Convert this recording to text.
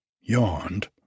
yawned